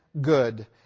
good